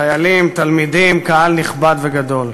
חיילים, תלמידים, קהל נכבד וגדול,